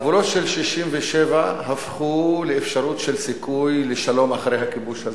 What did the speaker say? הגבולות של 1967 הפכו לאפשרות של סיכוי לשלום אחרי הכיבוש הזה.